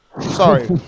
Sorry